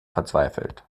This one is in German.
verzweifelt